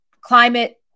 climate